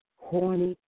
horny